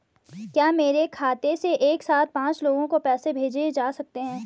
क्या मेरे खाते से एक साथ पांच लोगों को पैसे भेजे जा सकते हैं?